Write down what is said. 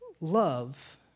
love